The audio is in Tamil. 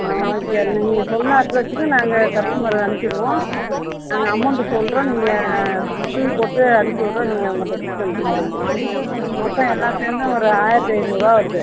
ஆ ஓகே நீங்கள் சொன்ன அட்ரெஸுக்கு நாங்கள் கஸ்டமரை அனுப்பிவிடுவோம் நாங்கள் அமௌண்டு சொல்கிறோம் நீங்கள் பில் போட்டு அனுப்பி விட்றோம் நீங்கள் அவங்கள்ட்ட கொடுத்து அனுப்பிவிடுங்க மொத்தம் எல்லாம் சேர்ந்து ஒரு ஆயிரத்தி ஐந்நூறுபா வருது